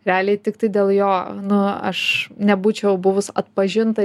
realiai tiktai dėl jo nu aš nebūčiau buvus atpažinta